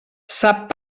sap